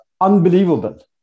unbelievable